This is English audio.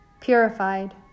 purified